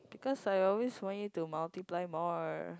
because I always want you to multiply more